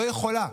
לא יכולה.